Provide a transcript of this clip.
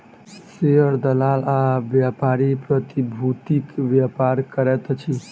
share दलाल आ व्यापारी प्रतिभूतिक व्यापार करैत अछि